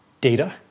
data